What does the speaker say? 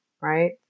right